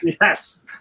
Yes